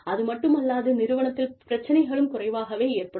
அதுமட்டுமல்லாது நிறுவனத்தில் பிரச்சனைகளும் குறைவாகவே ஏற்படும்